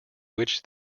which